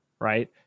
right